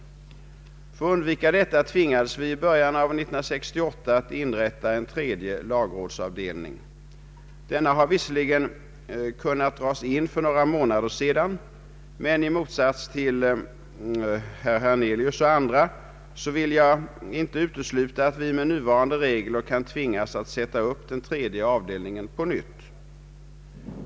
För att undvika detta tvingades vi i början av 1968 att inrätta en tredje lagrådsavdelning. Denna har visserligen kunnat dras in för några månader sedan, men i motsats till herr Hernelius och andra vill jag inte utesluta att vi med nuvarande regler kan tvingas att sätta upp den tredje avdelningen på nytt.